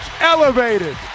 elevated